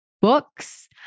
books